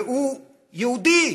והוא יהודי